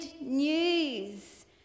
news